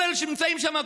כל אלה שנמצאים שם,